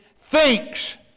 thinks